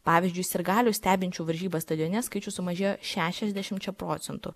pavyzdžiui sirgalių stebinčių varžybas stadione skaičius sumažėjo šešiasdešimčia procentų